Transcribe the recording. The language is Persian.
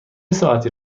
ساعتی